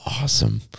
awesome